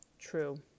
True